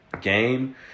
game